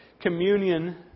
communion